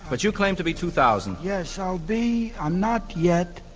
but you claim to be two thousand. yes, i'll be i'm not yet,